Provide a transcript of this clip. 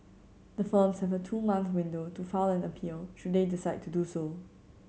the firms have a two month window to file an appeal should they decide to do so